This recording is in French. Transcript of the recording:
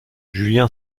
julien